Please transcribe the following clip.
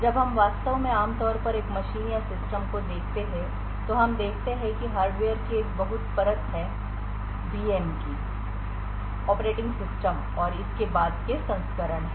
जब हम वास्तव में आम तौर पर एक मशीन या सिस्टम को देखते हैं तो हम देखते हैं कि हार्डवेयर की एक बहु परत है वीएम के ऑपरेटिंग सिस्टम और इसके बाद के संस्करण हैं